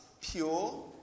pure